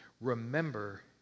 Remember